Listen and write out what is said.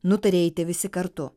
nutarė eiti visi kartu